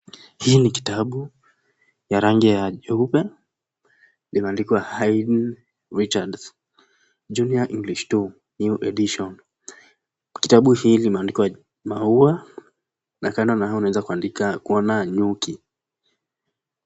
Hii ni kitabu ya rangi ya nyeupe limeandikwa Haydn Richards Junior English 2 new edition . Kitabu hii limeandikwa maua na kando na hayo unaezakuona nyuki.